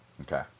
Okay